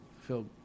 feel